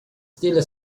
still